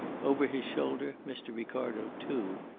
over his shoulder mr. ricardo, too,